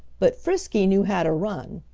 but frisky knew how to run,